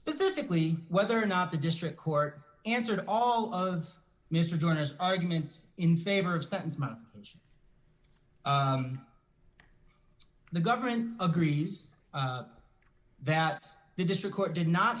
specifically whether or not the district court answered all of mr joiners arguments in favor of sentence my the government agrees that the district court did not